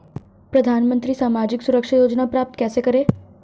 प्रधानमंत्री सामाजिक सुरक्षा योजना प्राप्त कैसे करें?